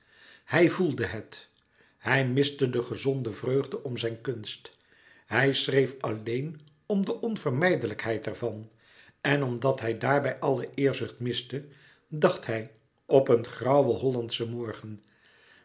hij voelde het hij miste de gezonde vreugde om zijn kunst hij schreef alleen om de onvermijdelijkheid ervan en omdat hij daarbij alle eerzucht miste dacht hij op een grauwen hollandschen morgen